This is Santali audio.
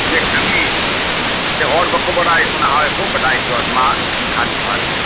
ᱛᱤᱨᱮ ᱠᱟᱹᱢᱤ ᱥᱮ ᱦᱚᱲ ᱵᱟᱠᱚ ᱵᱟᱰᱟᱭ ᱚᱱᱟ ᱜᱮᱠᱚ ᱵᱟᱰᱟᱭ ᱦᱚᱪᱚᱣᱟᱱᱢᱟ ᱢᱟ ᱮᱱᱠᱷᱟᱱ ᱡᱚᱦᱟᱨᱜᱤ